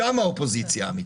שם האופוזיציה האמיתית.